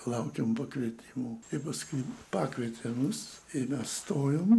laukėm pakvietimo paskui pakvietė mus ir mes stojom